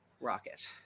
rocket